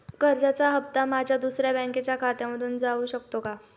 कर्जाचा हप्ता माझ्या दुसऱ्या बँकेच्या खात्यामधून जाऊ शकतो का?